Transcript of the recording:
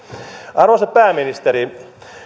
arvoisa pääministeri